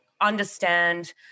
understand